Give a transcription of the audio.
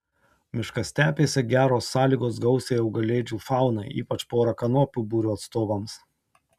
miškastepėse geros sąlygos gausiai augalėdžių faunai ypač porakanopių būrio atstovams